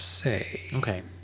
Okay